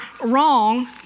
wrong